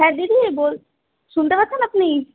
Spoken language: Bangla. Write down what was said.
হ্যাঁ দিদি বোল শুনতে পাচ্ছেন আপনি